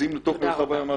לתוך מרחב הימ"חים.